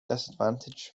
disadvantage